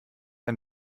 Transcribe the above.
ein